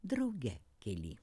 drauge kely